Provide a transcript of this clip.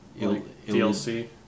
DLC